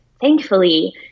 thankfully